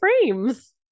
frames